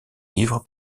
livre